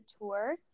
tour